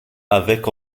avec